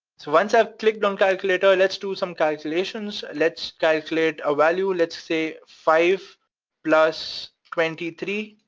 so once i've clicked on calculator, let's do some calculations. let's calculate a value, let's say five plus twenty three,